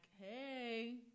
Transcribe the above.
hey